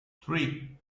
three